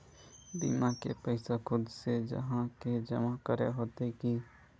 बीमा के पैसा खुद से जाहा के जमा करे होते की?